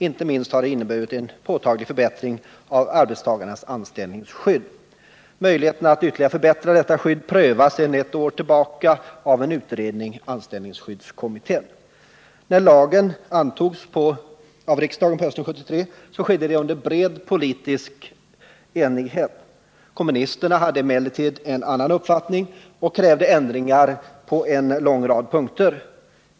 Inte minst har den inneburit en påtaglig förbättring av arbetstagarnas anställningsskydd. Möjligheterna att ytterligare förbättra detta skydd prövas sedan ett par år tillbaka av en utredning, anställningsskyddskommittén. När lagen antogs av riksdagen på hösten 1973 skedde det under bred politisk enighet. Kommunisterna hade emellertid en annan uppfattning och krävde ändringar på en lång rad punkter.